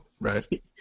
right